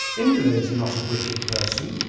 indra is not a wicked person.